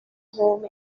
home